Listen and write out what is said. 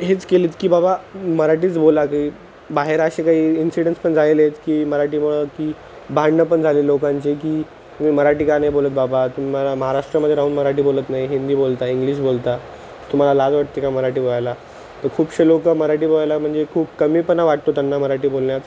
हेच केली आहेत की बाबा मराठीच बोला की बाहेर असे काही इन्सिडन्स पण जायलेत की मराठीमुळे की भांडणं पण झाले लोकांची की तुम्ही मराठी का नाही बोलत बाबा तुम्हाला महाराष्ट्रामध्ये राहून मराठी बोलत नाही हिंदी बोलता इंग्लिश बोलता तुम्हाला लाज वाटते का मराठी बोलायला तर खूपशे लोक मराठी बोलायला म्हणजे खूप कमीपणा वाटतो त्यांना मराठी बोलण्यात